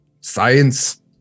Science